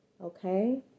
Okay